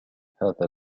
هذا